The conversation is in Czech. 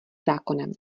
zákonem